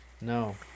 No